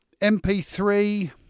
MP3